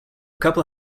couple